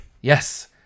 yes